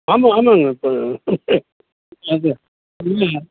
ஆமாம் ஆமாங்க இப்போது இல்லைங்க